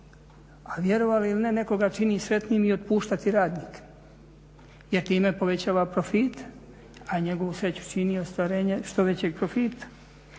a vjerovali ili ne nekoga čini sretnim i otpuštati radnike jer time povećava profite, a njegovu sreću čini i ostvarenje što većeg profita.